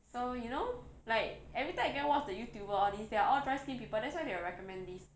so you know like everytime you go and watch the youtuber all these they are all dry skin people that's why they will recommend this